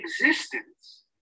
existence